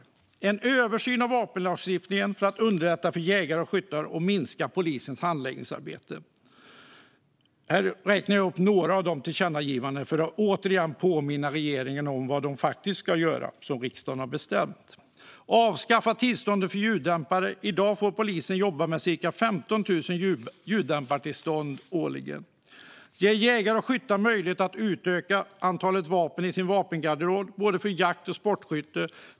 Här ska jag räkna upp några av dessa tillkännagivanden för att återigen påminna regeringen om vad den faktiskt ska göra och vad riksdagen har bestämt. Regeringen ska göra en översyn av vapenlagstiftningen för att underlätta för jägare och skyttar och minska polisens handläggningsarbete. Regeringen ska avskaffa tillståndet för ljuddämpare. I dag får polisen jobba med cirka 15 000 ljuddämpartillstånd årligen. Regeringen ska ge jägare och skyttar möjlighet att utöka antalet vapen i sin vapengarderob, både för jakt och för sportskytte.